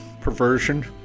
perversion